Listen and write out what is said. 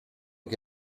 che